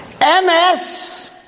MS